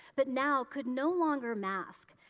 but now could no longer mask.